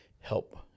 help